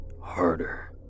harder